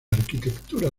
arquitectura